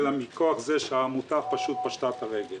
הוא נסגר מכוח זה שהעמותה פשטה את הרגל.